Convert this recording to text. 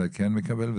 זה כן מקבל,